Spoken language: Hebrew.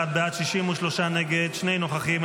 41 בעד, 63 נגד, שני נוכחים.